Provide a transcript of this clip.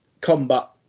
combat